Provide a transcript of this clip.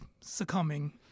succumbing